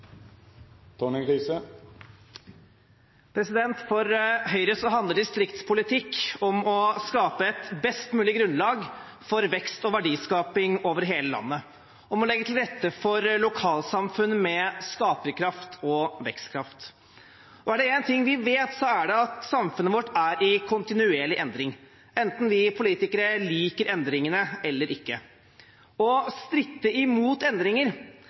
For Høyre handler distriktspolitikk om å skape et best mulig grunnlag for vekst og verdiskaping over hele landet, om å legge til rette for lokalsamfunn med skaperkraft og vekstkraft. Er det én ting vi vet, er det at samfunnet vårt er i kontinuerlig endring, enten vi politikere liker endringene eller ikke. Å stritte imot endringer